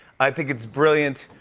i think it's brilliant.